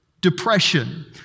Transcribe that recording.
depression